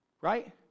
Right